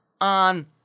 on